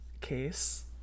Case